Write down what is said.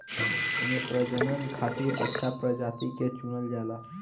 एमे प्रजनन खातिर अच्छा प्रजाति के चुनल जाला